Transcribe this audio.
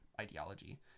ideology